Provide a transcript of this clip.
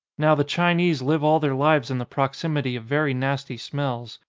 now, the chinese live all their lives in the proximity of very nasty smells.